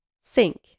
sink